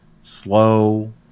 slow